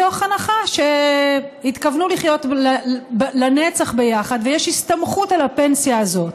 מתוך הנחה שהתכוונו לחיות לנצח ביחד ויש הסתמכות על הפנסיה הזאת.